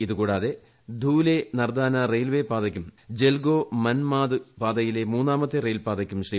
ഇതുകൂടാതെ ധൂലെ നർദാന റെയിൽവേ പാതയ്ക്കും ജൽഗോ മൻമാദ് പാതയിലെ മൂന്നാമത്തെ റെയിൽപാതയ്ക്കും ശ്രീ